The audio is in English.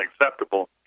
unacceptable